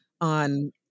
on